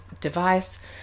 device